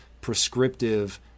prescriptive